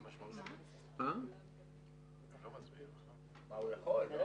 הוא יכול, לא?